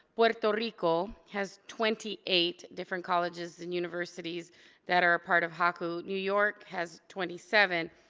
puerto rico, has twenty eight different colleges and universities that are a part of haku. new york has twenty seven.